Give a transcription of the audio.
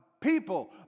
people